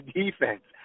defense